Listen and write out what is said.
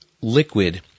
liquid